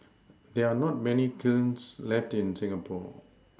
there are not many kilns left in Singapore